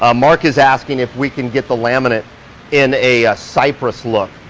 ah mark is asking if we can get the laminate in a cypress look.